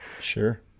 Sure